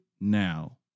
now